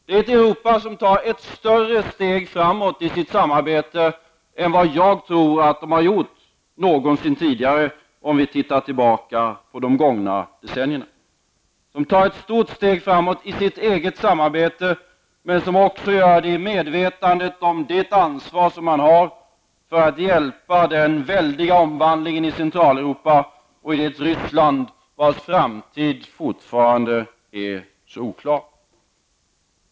Det är ett Europa som tar ett större steg framåt i sitt samarbete än vad jag tror har gjorts någonsin tidigare om vi tittar tillbaka på de gångna decennierna. Man tar ett stort steg framåt i sitt EG samarbete i medvetande om det ansvar man har för att hjälpa till med den väldiga omvandlingen i Centraleuropa och i det Ryssland vars framtid fortfarande är så oklar.